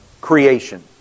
creation